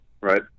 right